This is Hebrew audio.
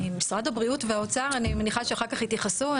משרד הבריאות והאוצר, אני מניחה שאחר כך יתייחסו.